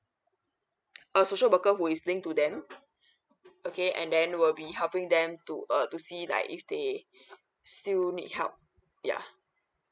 a social worker who is linked to them okay and then will be helping them to uh to see like if they still need help yeah